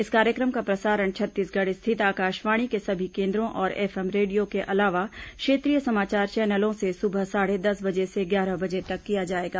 इस कार्यक्रम का प्रसारण छत्तीसगढ़ स्थित आकाशवाणी के सभी केन्द्रों और एफएम रेडियो के अलावा क्षेत्रीय समाचार चैनलों से सुबह साढ़े दस बजे से ग्यारह बजे तक किया जाएगा